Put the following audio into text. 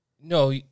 No